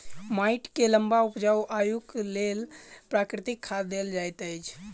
माइट के लम्बा उपजाऊ आयुक लेल प्राकृतिक खाद देल जाइत अछि